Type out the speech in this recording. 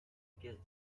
guess